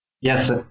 Yes